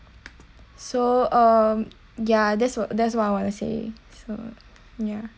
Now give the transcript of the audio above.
so um ya that's what that's what I want to say so ya